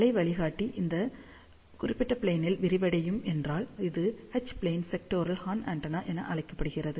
அலை வழிகாட்டி இந்த குறிப்பிட்ட ப்ளேனில் விரிவடையும் என்றால் இது H plane sectoral horn antenna என அழைக்கப்படுகிறது